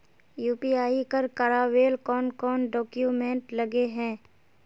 UPI कर करावेल कौन कौन डॉक्यूमेंट लगे है?